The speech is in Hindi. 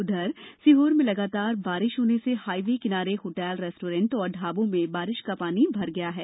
इधर सीहोर में लगातार बारिश से हाईवे किनारे होटल रेस्टोरेंट और ढाबों में बारिश का पानी भर गया है